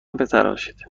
بتراشید